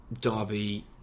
Derby